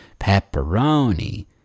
pepperoni